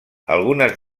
algunes